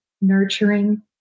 nurturing